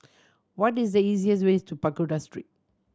what is the easiest way to Pagoda Street